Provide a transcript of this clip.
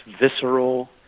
visceral